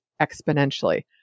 exponentially